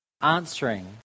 answering